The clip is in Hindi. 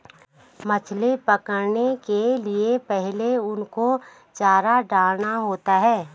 मछली पकड़ने के लिए पहले उनको चारा डालना होता है